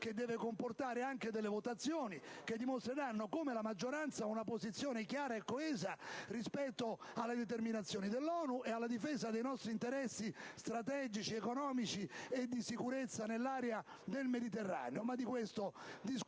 che comporterà anche delle votazioni che mostreranno come la maggioranza ha una posizione chiara e coesa rispetto alle determinazioni dell'ONU e alla difesa dei nostri interessi strategici, economici e di sicurezza nell'area del Mediterraneo. Di questo discuteremo